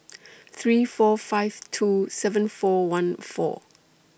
three four five two seven four one four